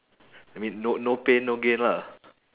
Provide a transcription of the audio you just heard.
I mean no no pain no gain lah